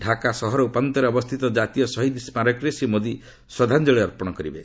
ଢ଼ାକା ସହର ଉପାନ୍ତରେ ଅବସ୍ଥିତ ଜାତୀୟ ସହିଦ ସ୍କାରକୀରେ ଶ୍ରୀ ମୋଦି ଶ୍ରଦ୍ଧାଞ୍ଜଳି ଅର୍ପଣ କରିବେ